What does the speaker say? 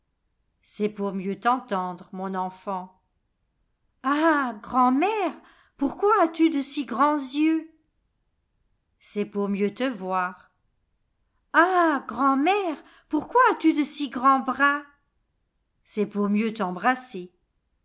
c'est pour mieux t'entendre mon enfant ah grand'mère pourquoi as-tu de si grands yeux c'est pour mieux te voir ah grand'mère pourquoi as-tu de si grand bras c'est pour mieux t'embrasser